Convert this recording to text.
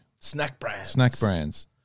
Snackbrands